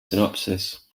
synopsis